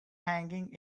hanging